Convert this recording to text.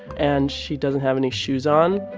and she doesn't have any shoes on.